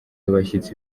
abashyitsi